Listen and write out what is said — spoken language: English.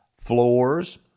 floors